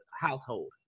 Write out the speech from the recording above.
household